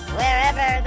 wherever